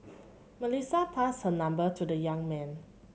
Melissa passed her number to the young man